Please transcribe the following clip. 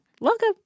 Welcome